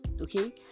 okay